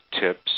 tips